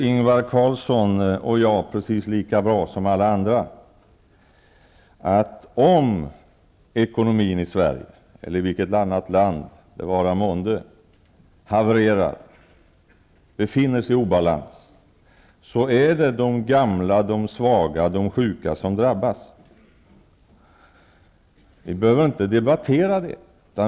Ingvar Carlsson och jag vet precis lika bra som alla andra att om ekonomin i Sverige, eller i något annat land, havererar och befinner sig i obalans, är det de gamla, de svaga och de sjuka som drabbas. Vi behöver inte debattera detta.